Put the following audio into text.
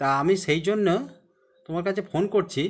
তা আমি সেই জন্য তোমার কাছে ফোন করছি